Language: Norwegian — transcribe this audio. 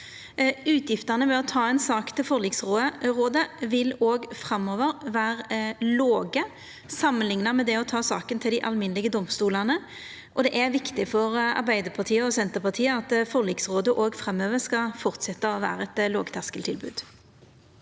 Utgiftene ved å ta ei sak til forliksrådet vil òg framover vera låge, samanlikna med det å ta saka til dei alminnelege domstolane. Det er viktig for Arbeidarpartiet og Senterpartiet at forliksrådet òg framover skal fortsetja å vera eit lågterskeltilbod.